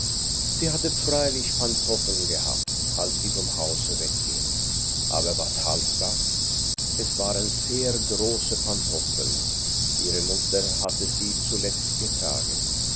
sie hatte freilich pantoffeln gehabt als sie vom hause wegging aber was half das es waren sehr große pantoffeln ihre mutter hatte sie zuletzt getragen